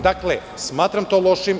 Dakle, smatram to lošim.